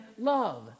love